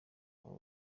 abo